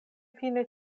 fine